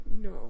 No